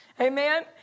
amen